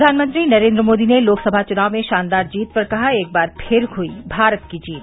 प्रधानमंत्री नरेन्द्र मोदी ने लोकसभा चुनाव में शानदार जीत पर कहा एक बार फिर हुई भारत की जीत